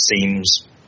seems